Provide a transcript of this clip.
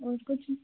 और कुछ